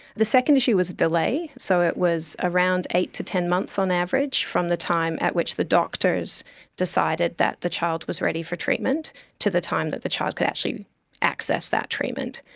the second issue was delay. so it was around eight to ten months on average from the time at which the doctors decided that the child was ready for treatment to the time that the child could actually access that treatment.